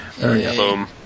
Boom